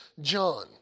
John